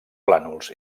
plànols